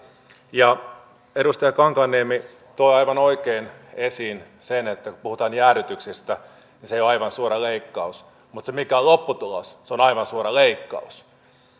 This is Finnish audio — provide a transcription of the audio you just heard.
edustaja kankaanniemi toi aivan oikein esiin sen että kun puhutaan jäädytyksestä niin se ei ole aivan suora leikkaus mutta se mikä on lopputulos on aivan suora leikkaus